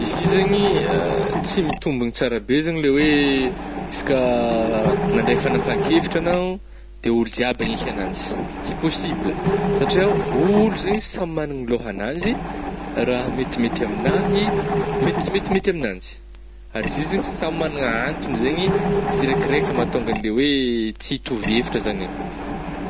Izy io zaigny tsy mitombigna tsara be le hoe isaka nandray fanampahan-kevitra anao de ôlo jiaby agnaiky agnanjy, tsy possibla, satria ôlo zany samy magnana lôhan'azy, raha metimety amin'ahy mety tsy metimety amignanjy, ary izy i zegny samy magnana antogny zegny ny tsiraikaraika mahatônga an'le oe tsy hitovy hevitra zany eh.